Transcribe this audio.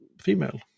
female